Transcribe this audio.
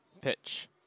Pitch